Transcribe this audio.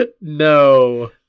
no